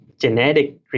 genetic